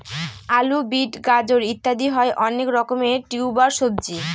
আলু, বিট, গাজর ইত্যাদি হয় অনেক রকমের টিউবার সবজি